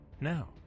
Now